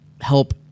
help